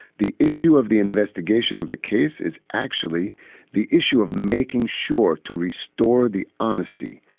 the issue of the investigation of the case is actually the issue of making sure to restore the honesty.